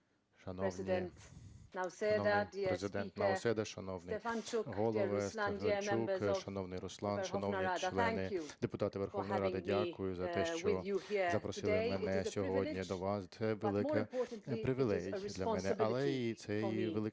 шановний Президент Наусєда, шановний Голово Стефанчук, шановний Руслан, шановні члени, депутати Верховної Ради. Дякую за те, що запросили мене сьогодні до вас, це великий привілей для мене, але і це і велика